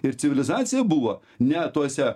ir civilizacija buvo ne tuose